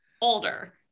older